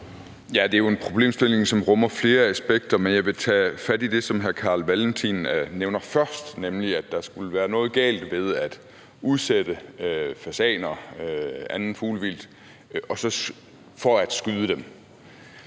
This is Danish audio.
Det er jo en problemstilling, som rummer flere aspekter, men jeg vil tage fat i det, som hr. Carl Valentin nævner først, nemlig at der skulle være noget galt med at udsætte fasaner og andet